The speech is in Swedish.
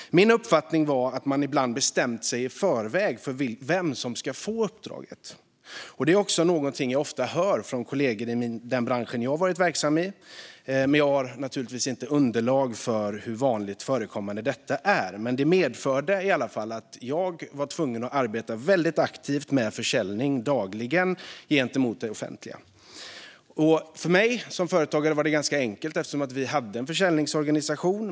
Min uppfattning var att man ibland hade bestämt sig i förväg för vem som skulle få uppdraget. Det är också någonting jag ofta hör från kollegor i den bransch jag varit verksam i, men jag har naturligtvis inte underlag för att säga hur vanligt förekommande detta är. Det medförde i alla fall att jag var tvungen att dagligen arbeta väldigt aktivt med försäljning gentemot det offentliga. För mig som företagare var det ganska enkelt, eftersom vi hade en försäljningsorganisation.